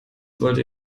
wollte